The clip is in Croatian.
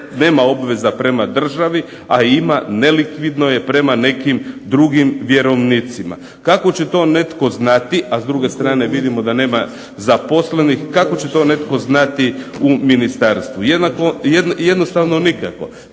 nema obveza prema državi, a ima, nelikvidno je prema nekim drugim vjerovnicima. Kako će to netko znati, a s druge strane vidimo da nema zaposlenih, kako će to netko znati u ministarstvu? Jednostavno nikako.